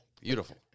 Beautiful